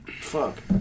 fuck